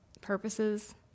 purposes